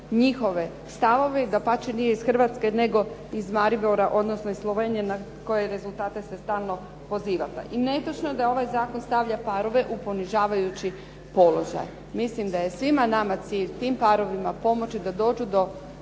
njihove stavove i dapače nije iz Hrvatske, nego iz Maribora, odnosno iz Slovenije na koje rezultate se stalno pozivate. I netočno je da ovaj zakon stavlja parove u ponižavajući položaj. Mislim da je svima nama cilj, tim parovima pomoći da dođu do